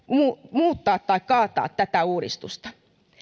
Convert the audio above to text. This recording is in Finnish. muuttaa tai kaataa tätä uudistusta